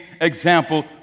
example